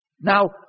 Now